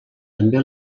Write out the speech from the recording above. també